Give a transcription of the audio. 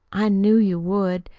i knew you would.